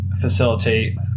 facilitate